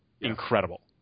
incredible